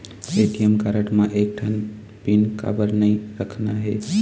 ATM card म एक ठन पिन काबर नई रखना हे?